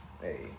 Hey